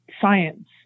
science